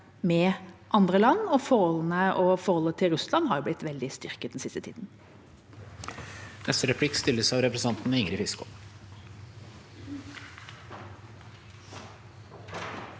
med andre land, og forholdet til Russland har blitt veldig styrket den siste tida.